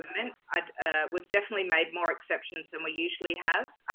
and um we've definitely made more exceptions than we usually have,